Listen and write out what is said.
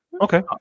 Okay